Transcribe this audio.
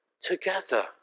Together